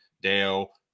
Dale